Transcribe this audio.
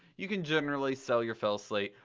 you can generally sell your felslate.